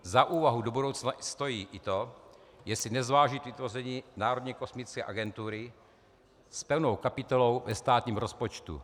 Za úvahu do budoucna stojí i to, jestli nezvážit vytvoření Národní kosmické agentury s pevnou kapitolou ve státním rozpočtu.